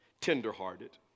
tenderhearted